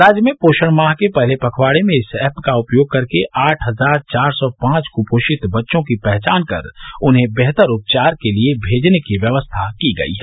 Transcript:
राज्य में पोषण माह की पहले पखवाड़े में इस एप का उपयोग करके आठ हजार चार सौ पांच कुपोषित बच्चों की पहचान कर उन्हें बेहतर उपचार के लिए भेजने की व्यवस्था की गई है